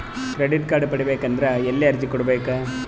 Credit card ಪಡಿಬೇಕು ಅಂದ್ರ ಎಲ್ಲಿ ಅರ್ಜಿ ಕೊಡಬೇಕು?